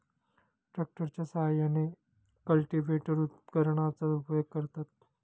ट्रॅक्टरच्या साहाय्याने कल्टिव्हेटर उपकरणाचा उपयोग करतात